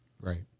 right